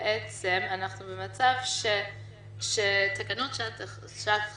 אנחנו במצב שבו תקנות שעת חירום,